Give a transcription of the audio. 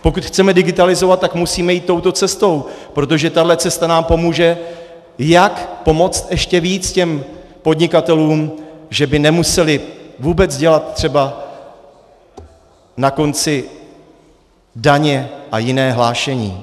Pokud chceme digitalizovat, tak musíme jít touto cestou, protože tahle cesta nám pomůže, jak pomoci ještě víc podnikatelům, že by nemuseli vůbec dělat třeba na konci daně a jiné hlášení.